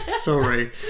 sorry